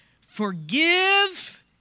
forgive